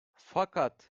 fakat